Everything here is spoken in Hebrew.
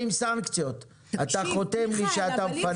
סנקציות, אתה חותם לי שאתה מפנה.